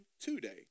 today